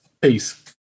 Peace